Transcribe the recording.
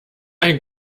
ein